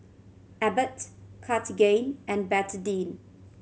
Abbott Cartigain and Betadine